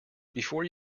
before